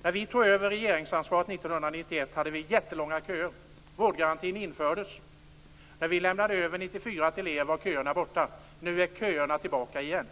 När vi tog över regeringsansvaret 1991 var det jättelånga köer. Vårdgarantin infördes. När vi lämnade över till socialdemokraterna 1994 var köerna borta. Nu är de tillbaka igen.